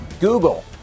Google